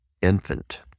infant